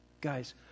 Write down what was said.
Guys